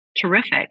Terrific